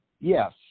yes